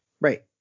right